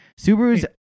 subarus